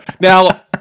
Now